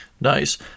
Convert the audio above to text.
nice